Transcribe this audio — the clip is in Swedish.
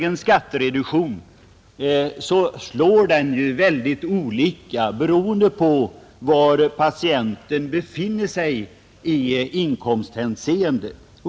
En skattereduktion slår ju väldigt olika beroende på var patienten befinner sig i inkomsthänseende.